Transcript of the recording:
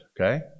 Okay